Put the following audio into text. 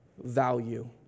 value